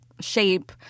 shape